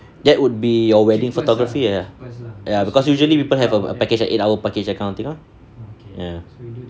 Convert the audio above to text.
that would be your wedding photography ah ya because usually people have a package like eight hour package that kind of thing lah ya